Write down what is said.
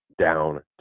down